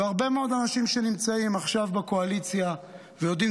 והרבה מאוד אנשים שנמצאים עכשיו בקואליציה ויודעים